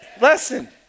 lesson